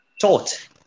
taught